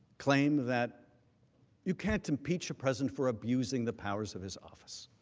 claim that you can impeach a president for abusing the powers of his office.